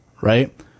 right